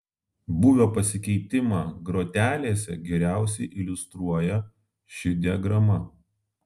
būvio pasikeitimą grotelėse geriausiai iliustruoja ši diagrama